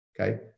Okay